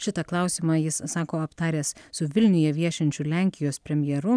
šitą klausimą jis sako aptaręs su vilniuje viešinčiu lenkijos premjeru